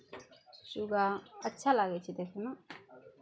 सुग्गा अच्छा लागै छै देखयमे